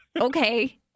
Okay